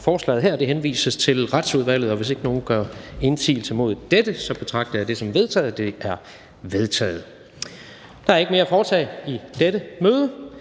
forslaget her henvises til Retsudvalget. Hvis ikke nogen gør indsigelse mod dette, betragter jeg det som vedtaget. Det er vedtaget. --- Kl. 13:55 Meddelelser